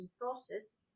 process